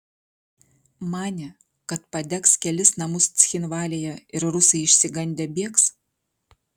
manė kad padegs kelis namus cchinvalyje ir rusai išsigandę bėgs